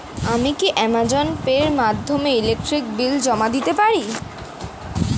আমি কি Amazon Pay এর মাধ্যমে ইলেকট্রিক বিল জমা দিতে পারি?